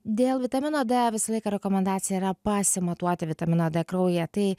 dėl vitamino d visą laiką rekomendacija yra pasimatuoti vitaminą d kraujyje tai